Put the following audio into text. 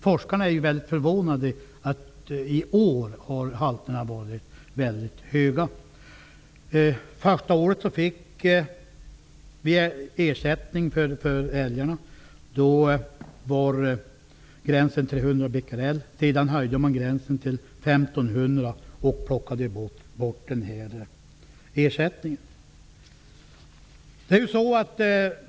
Forskarna är mycket förvånade över att halterna i år har varit så höga. Första året fick vi ersättning för älgarna, och då var gränsen 300 Bq. Sedan höjdes gränsen till 1 500 Bq, och ersättningen plockades bort.